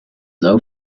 low